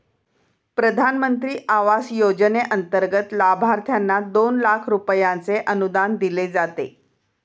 प्रधानमंत्री आवास योजनेंतर्गत लाभार्थ्यांना दोन लाख रुपयांचे अनुदान दिले जाते